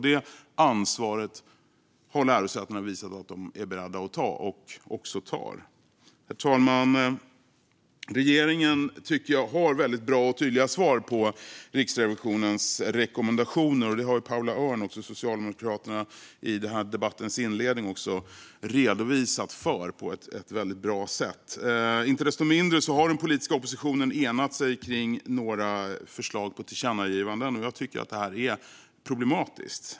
Det ansvaret har lärosätena visat att de är beredda att ta, och de tar det också. Herr talman! Jag tycker att regeringen har väldigt bra och tydliga svar på Riksrevisionens rekommendationer - det har också Paula Örn, Socialdemokraterna, redogjort för på ett väldigt bra sätt i debattens inledning. Inte desto mindre har den politiska oppositionen enat sig kring några förslag till tillkännagivanden. Jag tycker att det är problematiskt.